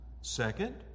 Second